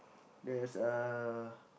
there's uh